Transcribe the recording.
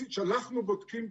שלחנו בודקים.